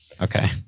Okay